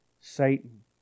Satan